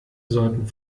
sollten